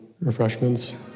refreshments